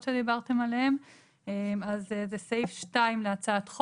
השעה היא 13:00. אנחנו מתכנסים לדון בהצעת הצעת